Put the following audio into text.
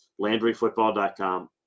LandryFootball.com